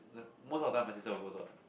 the most of the time my sister will goes [what]